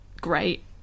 great